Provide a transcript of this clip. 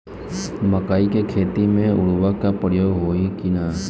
मकई के खेती में उर्वरक के प्रयोग होई की ना?